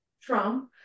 Trump